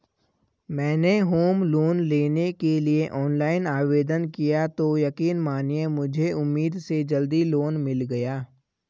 मैंने home loan लेने के लिए ऑनलाइन आवेदन किया तो यकीन मानिए मुझे उम्मीद से जल्दी लोन मिल गया